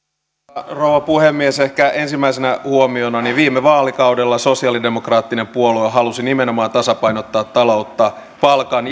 rouva puhemies ehkä ensimmäisenä huomiona viime vaalikaudella sosialidemokraattinen puolue halusi nimenomaan tasapainottaa taloutta palkan